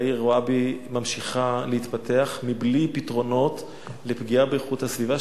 והעיר רוואבי ממשיכה להתפתח בלי פתרונות לפגיעה באיכות הסביבה,